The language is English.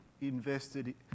invested